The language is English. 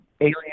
Alien